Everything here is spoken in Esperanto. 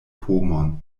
pomon